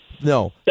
no